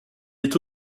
est